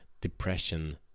depression